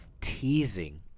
teasing